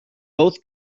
both